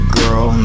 girl